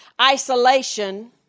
isolation